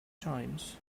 times